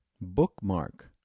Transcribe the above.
bookmark